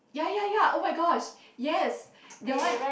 ya ya ya !oh my gosh! yes that one